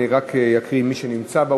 אני אקריא רק את שמו של מי שנמצא באולם,